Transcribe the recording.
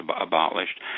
abolished